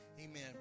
Amen